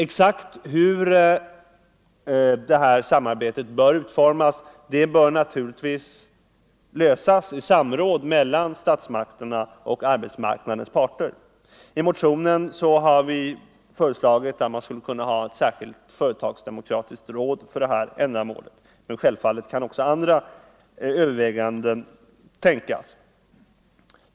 Frågan hur detta samarbete exakt skall utformas bör naturligtvis lösas i samråd mellan statsmakterna och arbetsmarknadens parter. I motionen har vi föreslagit ett särskilt företagsdemokratiskt råd för detta ändamål, men självfallet kan också andra lösningar tänkas.